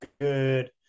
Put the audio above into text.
good